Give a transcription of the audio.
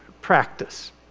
practice